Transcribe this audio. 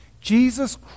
Jesus